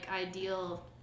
ideal